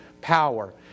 power